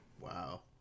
Wow